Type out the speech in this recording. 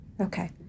Okay